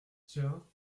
tiens